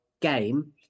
game